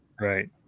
Right